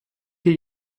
hier